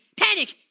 Panic